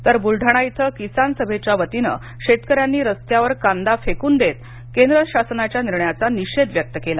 तर बुलडाणा इथं किसान सभेच्या वतीनं शेतकऱ्यांनी रस्त्यावर कांदा फेकून देत केंद्र शासनाच्या निर्णयाचा निषेध व्यक्त केला